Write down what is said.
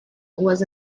was